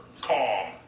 Calm